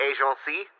Agency